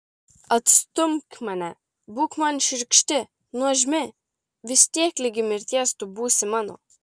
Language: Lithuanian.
atstumk mane būk man šiurkšti nuožmi vis tiek ligi mirties tu būsi mano